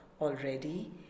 already